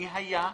מי היה.